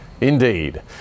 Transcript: Indeed